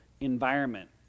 environment